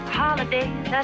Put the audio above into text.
holidays